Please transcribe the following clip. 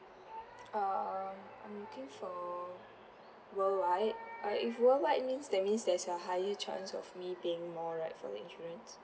um I'm looking for worldwide uh if worldwide means that means there is a higher chance of me paying more right for the insurance